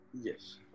Yes